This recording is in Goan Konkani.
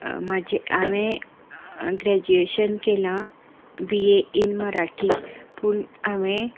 हांवे ग्रेज्युएशन केलां बी ए इन मराठी पूण हांवें